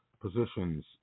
positions